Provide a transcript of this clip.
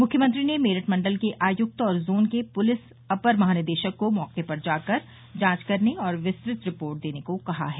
मुख्यमंत्री ने मेरठ मंडल के आयक्त और जोन के पूलिस अपर महानिदेशक को मौके पर जाकर जांच करने और विस्तृत रिपोर्ट देने को कहा है